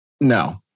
No